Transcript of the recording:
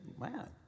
man